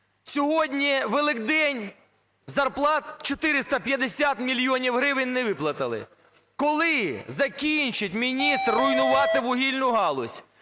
Сьогодні Великдень – зарплат 450 мільйонів гривень не виплатили. Коли закінчить міністр руйнувати вугільну галузь?